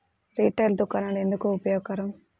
Retail దుకాణాలు ఎందుకు ఉపయోగకరం?